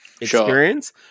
experience